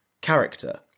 character